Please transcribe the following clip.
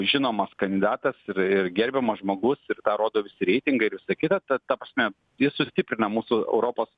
žinomas kandidatas ir ir gerbiamas žmogus ir tą rodo reitingai ir visa kita ta ta prasme jis sustiprina mūsų europos